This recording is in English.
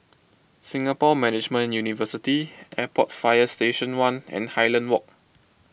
Singapore Management University Airport Fire Station one and Highland Walk